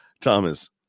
Thomas